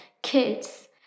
Kids